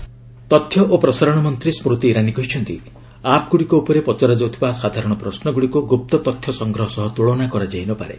ଇରାନୀ ତଥ୍ୟ ଓ ପ୍ରସାରଣ ମନ୍ତ୍ରୀ ସୁତି ଇରାନୀ କହିଛନ୍ତି ଆପ୍ଗ୍ରଡ଼ିକ ଉପରେ ପଚରାଯାଉଥିବା ସାଧାରଣ ପ୍ରଶ୍ନଗୁଡ଼ିକୁ ଗୁପ୍ତ ତଥ୍ୟ ସଂଗ୍ରହ ସହ ତ୍କଳନା କରାଯାଇ ନ ପାରେ